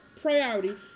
priority